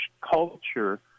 culture